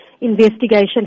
investigation